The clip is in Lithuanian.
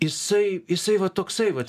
jisai jisai va toksai vat